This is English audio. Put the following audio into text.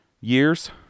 years